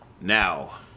now